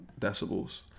decibels